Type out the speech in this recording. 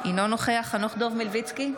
אינו נוכח חנוך דב מלביצקי,